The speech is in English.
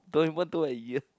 Doraemon don't have ear